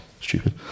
stupid